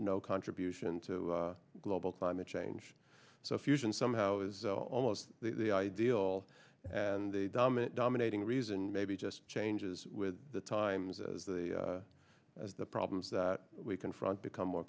no contribution to global climate change so fusion somehow is almost the ideal and the dominant dominating reason maybe just changes with the times as the problems that we confront become more